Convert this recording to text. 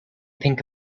pink